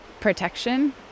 protection